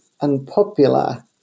unpopular